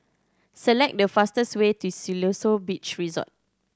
select the fastest way to Siloso Beach Resort